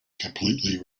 completely